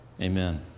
amen